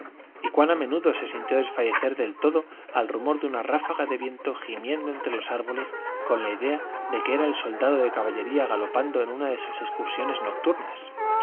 y cuán a menudo se sintió desfallecer del todo al rumor de una ráfaga de viento gimiendo entre los árboles con la idea de que era el soldado de caballería galopando en una de sus excursiones nocturnas